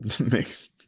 makes